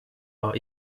are